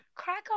crackle